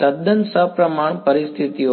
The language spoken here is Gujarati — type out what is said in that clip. તદ્દન સપ્રમાણ પરિસ્થિતિઓમાં